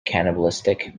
cannibalistic